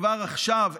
כבר עכשיו,